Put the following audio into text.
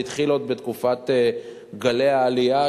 זה התחיל עוד בתקופת גלי העלייה,